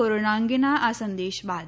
corona અંગેના આ સંદેશ બાદ